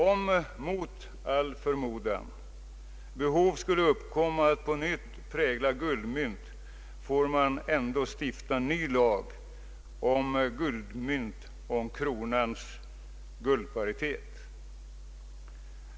Om mot all förmodan behov skulle uppkomma att på nytt prägla guldmynt, får man ändå stifta ny lag om detta och om kronans guldparitet.